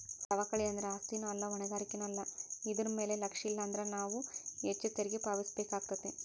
ಸವಕಳಿ ಅಂದ್ರ ಆಸ್ತಿನೂ ಅಲ್ಲಾ ಹೊಣೆಗಾರಿಕೆನೂ ಅಲ್ಲಾ ಇದರ್ ಮ್ಯಾಲೆ ಲಕ್ಷಿಲ್ಲಾನ್ದ್ರ ನೇವು ಹೆಚ್ಚು ತೆರಿಗಿ ಪಾವತಿಸಬೇಕಾಕ್ಕೇತಿ